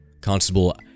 Constable